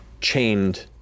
chained